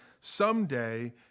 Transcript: someday